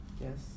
Yes